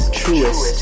truest